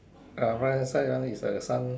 ah right hand side one is like a sun